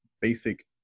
basic